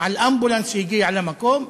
על אמבולנס שהגיע למקום,